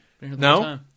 No